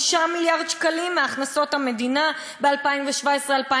מיליארד שקלים מהכנסות המדינה ב-2018-2017.